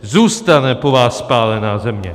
Zůstane po vás spálená země.